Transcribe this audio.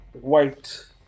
white